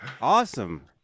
Awesome